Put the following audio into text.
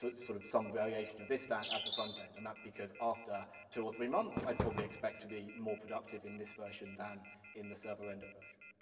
sort sort of variation of this stack as the front end, and that's because after two or three months, i'd probably expect to be more productive in this version than in the server-ended version.